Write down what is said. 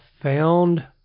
found